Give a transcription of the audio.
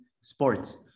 sports